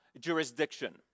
jurisdiction